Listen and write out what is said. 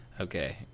Okay